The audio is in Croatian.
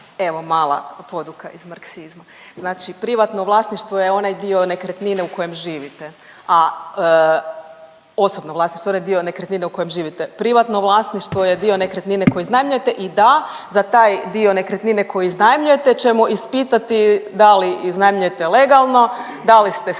Evo mala poduka iz marksizma. Znači privatno vlasništvo je onaj dio nekretnine u kojem živite, a osobno vlasništvo onaj dio nekretnine u kojem živite. Privatno vlasništvo je dio nekretnine koji iznajmljujete i da za taj dio nekretnine koji iznajmljujete ćemo ispitati da li iznajmljujete legalno, da li ste stekli